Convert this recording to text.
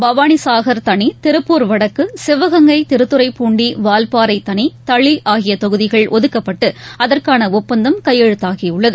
பவானிசாகர் தனி திருப்பூர் வடக்கு சிவகங்கை திருத்துறைப்பூண்டி வால்பாறை தனி தனி ஆகிய தொகுதிகள் ஒதுக்கப்பட்டு அதற்கான ஒப்பந்தம் கையெழுத்தாகியுள்ளது